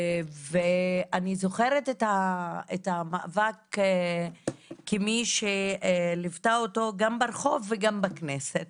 ואני זוכרת את המאבק כמי שליוותה אותו גם ברחוב וגם בכנסת.